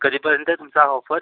कधीपर्यंत आहे तुमचा हा ऑफर